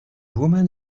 woman